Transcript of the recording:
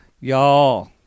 y'all